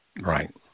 Right